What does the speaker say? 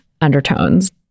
undertones